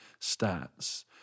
stats